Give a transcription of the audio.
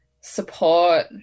support